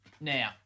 Now